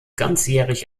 ganzjährig